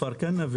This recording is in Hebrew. בכפר קנא,